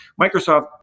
Microsoft